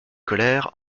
colère